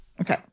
Okay